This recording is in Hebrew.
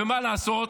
ומה לעשות,